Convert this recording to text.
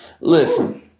Listen